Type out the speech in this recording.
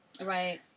Right